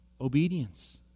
obedience